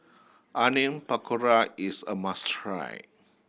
Onion Pakora is a must try